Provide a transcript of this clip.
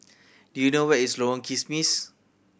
do you know where is Lorong Kismis